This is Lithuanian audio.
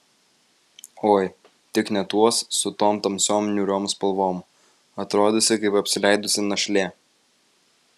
oi tik ne tuos su tom tamsiom niūriom spalvom atrodysi kaip apsileidusi našlė